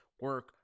Work